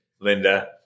Linda